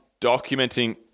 documenting